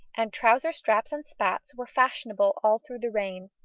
and trouser-straps and spats were fashionable all through the reign.